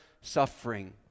suffering